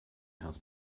has